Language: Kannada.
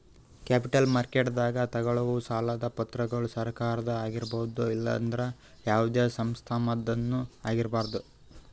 ಕ್ಯಾಪಿಟಲ್ ಮಾರ್ಕೆಟ್ದಾಗ್ ತಗೋಳವ್ ಸಾಲದ್ ಪತ್ರಗೊಳ್ ಸರಕಾರದ ಆಗಿರ್ಬಹುದ್ ಇಲ್ಲಂದ್ರ ಯಾವದೇ ಸಂಸ್ಥಾದ್ನು ಆಗಿರ್ಬಹುದ್